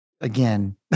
again